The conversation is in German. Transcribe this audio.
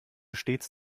stets